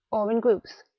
or in groups,